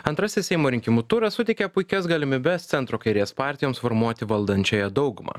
antrasis seimo rinkimų turas suteikia puikias galimybes centro kairės partijoms formuoti valdančiąją daugumą